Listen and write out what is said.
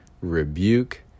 rebuke